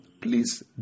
Please